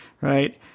right